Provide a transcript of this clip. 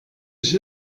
ich